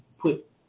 put